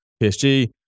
PSG